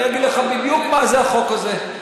אני אגיד לך בדיוק מה זה החוק הזה.